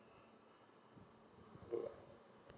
bye bye